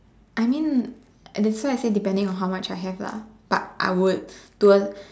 I mean that's why I say depending on how have lah but I would